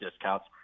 discounts